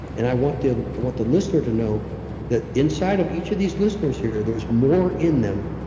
and i want the ah want the listener to know that inside of each of these listeners here, there's more in them,